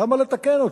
למה לתקן אותו?